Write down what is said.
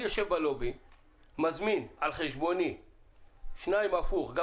אני יושב בלובי מזמין על חשבוני שניים הפוך,